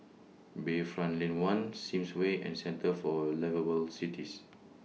Bayfront Lane one Sims Way and Centre For Liveable Cities